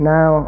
Now